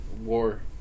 war